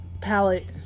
palette